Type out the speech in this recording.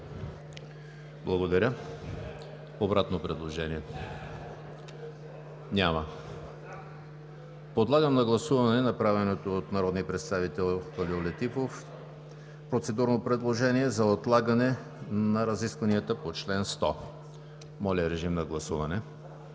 Благодаря Ви. Обратно предложение? Няма. Подлагам на гласуване направеното от народния представител Халил Летифов процедурно предложение за отлагане на разискванията по чл. 100. Гласували